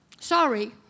sorry